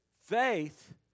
Faith